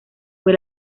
fue